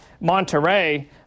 Monterey